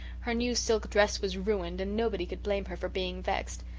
her new silk dress was ruined and nobody could blame her for being vexed.